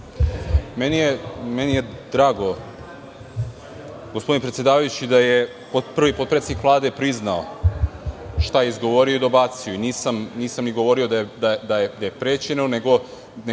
Meni je drago, gospodine predsedavajući, da je prvi potpredsednik Vlade priznao šta je izgovorio i dobacio i nisam ni govorio da je prećeno, nego